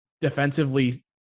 defensively